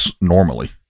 normally